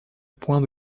point